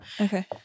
Okay